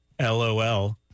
LOL